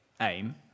aim